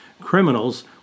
criminals